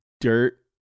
dirt